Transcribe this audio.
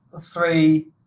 three